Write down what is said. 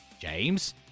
James